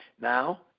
Now